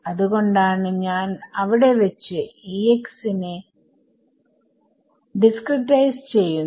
അത് കൊണ്ടാണ് ഞാൻ അവിടെ വെച്ച് tനെ ഡിസ് ക്രിടൈസ് ചെയ്യുന്നത്